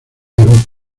perú